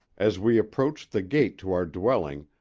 as we approached the gate to our dwelling,